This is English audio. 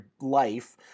life